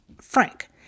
Frank